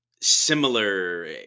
similar